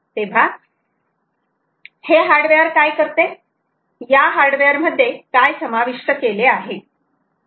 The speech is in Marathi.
तेव्हा हे हार्डवेअर काय करते या हार्डवेअर मध्ये काय समाविष्ट केले आहे